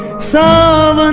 solve. um